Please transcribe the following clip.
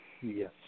Yes